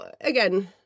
again